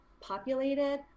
populated